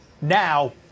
now